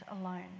alone